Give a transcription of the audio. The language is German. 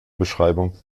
beschreibung